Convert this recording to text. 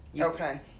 Okay